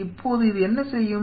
இப்போது இது என்ன செய்யும்